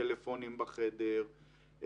טלפונים בחדר,